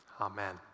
Amen